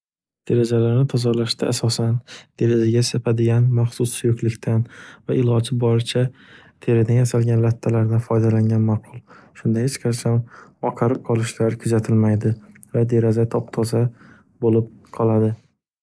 Derazalarni tozalashda asosan derazaga sapadigan maxsus suyuklikdan va iloji boricha deradan yasalgan lattalardan foydalangan maʼqul, shunda hech qachon oqarib qolishlar kuzatilmaydi va deraza top-toza bo'lib qoladi.